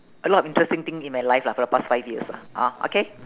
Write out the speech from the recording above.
a lot of interesting thing in my life lah for the past five years lah hor okay